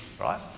right